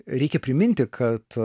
reikia priminti kad